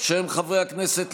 אתה מכיר את